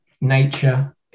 nature